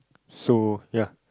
so ya